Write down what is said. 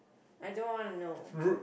I don't wanna know